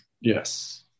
Yes